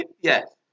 Yes